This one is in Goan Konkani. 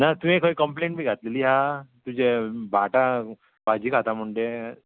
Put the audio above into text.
ना तुवें खंय कंप्लेन बी घातलेली आहा तुजे भाटां भाजी खाता म्हूण ते